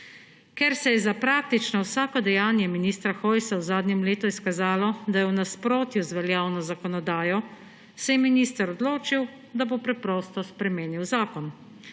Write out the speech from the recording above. Ker se je za praktično vsako dejanje ministra Hojsa v zadnjem letu izkazalo, da je v nasprotju z veljavno zakonodajo, se je minister odločil, da bo preprosto spremenil zakon.